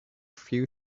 few